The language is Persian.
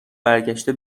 برگشته